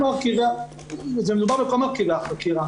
מדובר בכל מרכיבי החקירה.